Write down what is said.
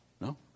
No